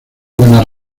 buenas